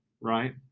right